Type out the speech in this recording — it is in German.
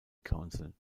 council